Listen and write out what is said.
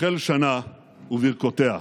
"תחל שנה וברכותיה".